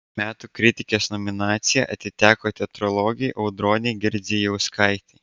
metų kritikės nominacija atiteko teatrologei audronei girdzijauskaitei